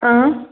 اۭں